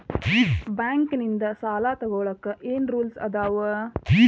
Bank ನಿಂದ್ ಸಾಲ ತೊಗೋಳಕ್ಕೆ ಏನ್ ರೂಲ್ಸ್ ಅದಾವ?